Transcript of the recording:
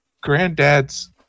Granddad's